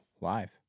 live